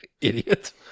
Idiot